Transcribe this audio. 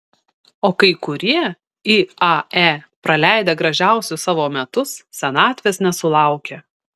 o kai kurie iae praleidę gražiausius savo metus senatvės nesulaukia